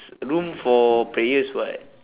room for prayers [what]